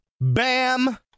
Bam